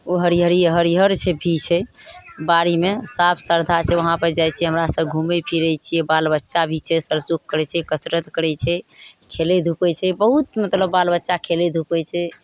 ओ हरियरी हरियर छै भी छै बाड़ीमे साफ सुथरा छै वहाँपर जाइ छियै हमरा सब घुमय फिरय छियै बाल बच्चा भी छै सरसुख करय छै कसरत करय छै खेलय धुपय छै बहुत मतलब बाल बच्चा खेलय धुपय छै